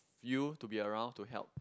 you to be around to help